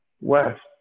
west